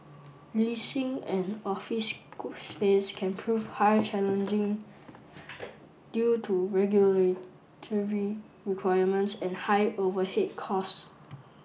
leasing an office school space can prove high challenging due to regulatory requirements and high overhead costs